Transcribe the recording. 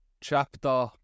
chapter